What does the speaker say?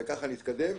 וככה נתקדם.